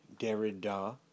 Derrida